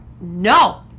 No